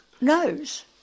knows